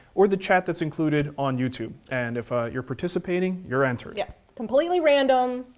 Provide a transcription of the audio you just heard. or the chat that's included on youtube. and if ah you're participating, you're entered. yeah, completely random.